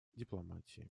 дипломатии